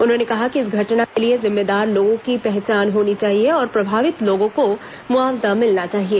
उन्होंने कहा कि इस घटना के लिए जिम्मेदार लोगों की पहचान होनी चाहिए और प्रभावित लोगों को मुआवजा मिलना चाहिए